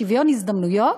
שוויון הזדמנויות,